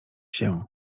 się